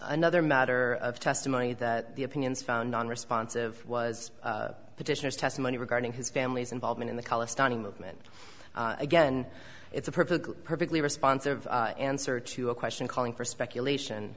another matter of testimony that the opinions found nonresponsive was petitioner's testimony regarding his family's involvement in the college standing movement again it's a perfectly perfectly responsive answer to a question calling for speculation